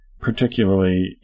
particularly